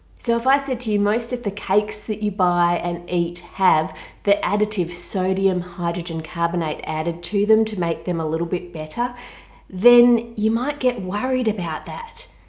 so if i said to you most of the cakes that you buy and eat have the additive sodium hydrogen carbonate added to them to make them a little bit better then you might get worried about that.